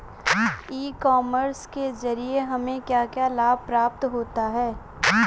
ई commerce के ज़रिए हमें क्या क्या लाभ प्राप्त होता है?